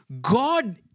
God